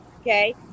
Okay